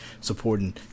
supporting